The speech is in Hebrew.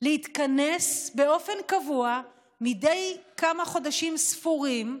להתכנס באופן קבוע מדי כמה חודשים ספורים,